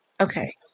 Okay